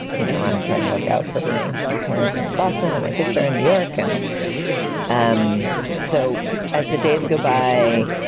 you know, i'm trying to look out for my parents in boston and my sister in new york. and um so as the days go by,